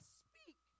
speak